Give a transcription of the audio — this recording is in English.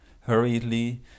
hurriedly